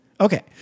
Okay